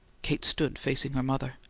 kate stood facing her mother.